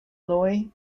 loy